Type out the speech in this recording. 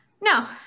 No